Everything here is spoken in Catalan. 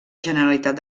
generalitat